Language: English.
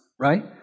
right